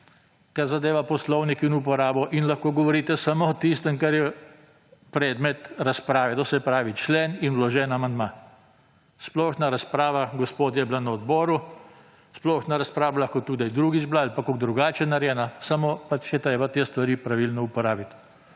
kar zadeva Poslovnik in uporabo in lahko govorite samo o tistem, kar je predmet razprave to se pravi člen in vložen amandma. Splošna razprava gospodje je bila na odboru, splošna razprava bi lahko tudi drugič bila ali pa kako drugače narejena samo pač je treba te stvari pravilno uporabiti.